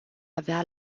avea